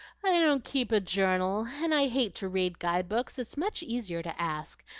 i don't keep a journal, and i hate to read guide-books it's much easier to ask,